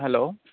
hello